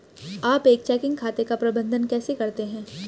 आप एक चेकिंग खाते का प्रबंधन कैसे करते हैं?